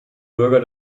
bürger